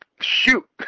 shoot